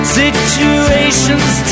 situations